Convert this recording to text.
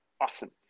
awesome